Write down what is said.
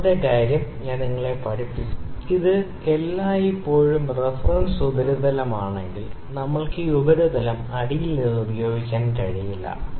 രണ്ടാമത്തെ കാര്യം ഞാൻ നിങ്ങളെ പഠിപ്പിച്ചു ഇത് എല്ലായ്പ്പോഴും റഫറൻസ് ഉപരിതലമാണെങ്കിൽ ഞങ്ങൾക്ക് ഈ ഉപരിതലം അടിയിൽ നിന്ന് ഉപയോഗിക്കാൻ കഴിയില്ല